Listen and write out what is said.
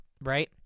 right